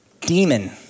demon